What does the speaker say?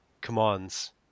commands